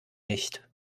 nicht